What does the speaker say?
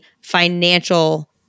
financial